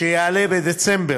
שיעלה בדצמבר.